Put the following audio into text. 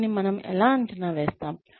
దీన్ని మనం ఎలా అంచనా వేస్తాము